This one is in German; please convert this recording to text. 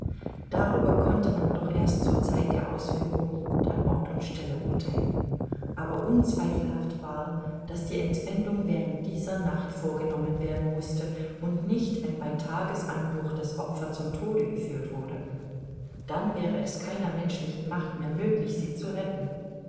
darüber konnte man doch erst zur zeit der ausführung und an ort und stelle urtheilen aber unzweifelhaft war daß die entwendung während dieser nacht vorgenommen werden mußte und nicht wenn bei tagesanbruch das opfer zum tode geführt wurde dann wäre es keiner menschlichen macht mehr möglich sie zu retten